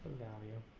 value